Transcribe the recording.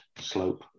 slope